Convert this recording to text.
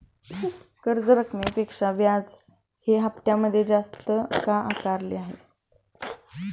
कर्ज रकमेपेक्षा व्याज हे हप्त्यामध्ये जास्त का आकारले आहे?